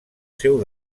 seu